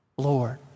Lord